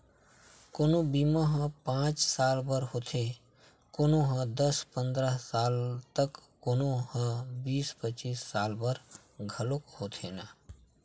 कोनो बीमा ह पाँच साल बर होथे, कोनो ह दस पंदरा साल त कोनो ह बीस पचीस साल बर घलोक होथे न